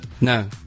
No